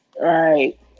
Right